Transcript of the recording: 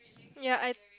yea I